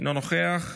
אינו נוכח,